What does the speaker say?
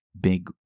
big